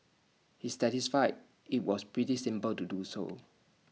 he testified IT was pretty simple to do so